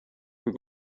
kui